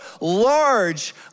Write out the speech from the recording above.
large